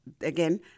again